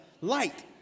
light